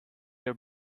your